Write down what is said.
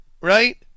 right